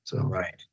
Right